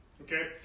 okay